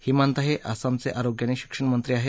हिमंता हे आसामचे आरोग्य आणि शिक्षण मंत्री आहेत